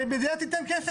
שהמדינה תיתן כסף.